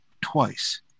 twice